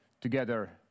together